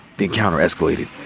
the encounter escalated.